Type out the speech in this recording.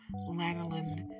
lanolin